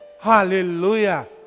Hallelujah